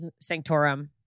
sanctorum